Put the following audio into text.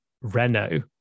Renault